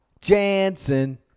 Jansen